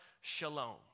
Shalom